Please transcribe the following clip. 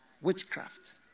witchcraft